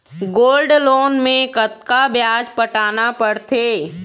Gold loan मे कतका ब्याज पटाना पड़थे?